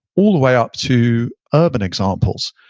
all the way up to urban examples.